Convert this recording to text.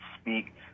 speak